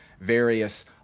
various